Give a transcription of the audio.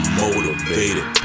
motivated